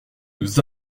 nous